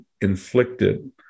inflicted